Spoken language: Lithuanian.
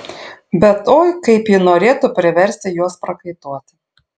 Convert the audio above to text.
bet oi kaip ji norėtų priversti juos prakaituoti